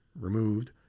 removed